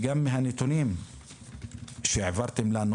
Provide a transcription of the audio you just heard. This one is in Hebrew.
גם מהנתונים שהעברתם לנו